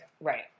Right